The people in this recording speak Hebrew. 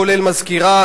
כולל מזכירה,